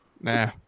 Nah